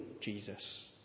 Jesus